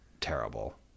terrible